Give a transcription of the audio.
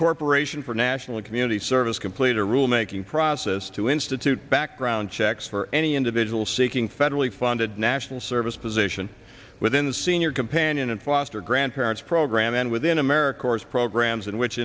corporation for national community service complete a rulemaking process to institute background checks for any individual seeking federally funded national service position within senior companion and foster grandparents program and within america corps programs in which